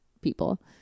people